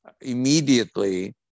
immediately